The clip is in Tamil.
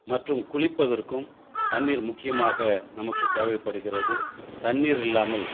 மற்றும் குளிப்பதற்கும் தண்ணீர் முக்கியமாக நமக்கு தேவைப்படுகிறது தண்ணீர் இல்லாமல்